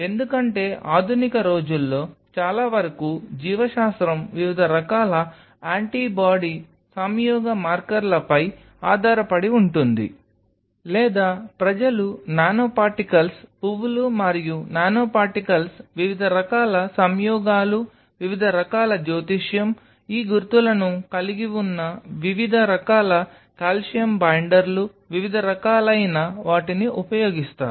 ఎందుకంటే ఆధునిక రోజుల్లో చాలా వరకు జీవశాస్త్రం వివిధ రకాల యాంటీబాడీ సంయోగ మార్కర్లపై ఆధారపడి ఉంటుంది లేదా ప్రజలు నానో పార్టికల్స్ పువ్వులు మరియు నానోపార్టికల్స్ వివిధ రకాల సంయోగాలు వివిధ రకాల జ్యోతిష్యం ఈ గుర్తులను కలిగి ఉన్న వివిధ రకాల కాల్షియం బైండర్లు వివిధ రకాలైన వాటిని ఉపయోగిస్తారు